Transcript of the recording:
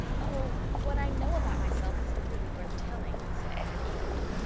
oh, what i know about myself isn't really worth telling, said anne eagerly.